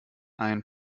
ein